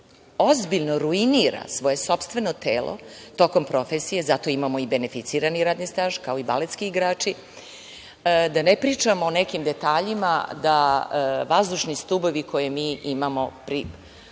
ozbiljno ruinira svoje sopstveno telo tokom profesije, zato imamo i beneficirani radni staž, kao i baletski igrači, da ne pričamo o nekim detaljima da vazdušni stubovi koje mi imamo pri